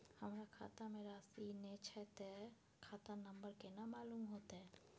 हमरा खाता में राशि ने छै ते खाता नंबर केना मालूम होते?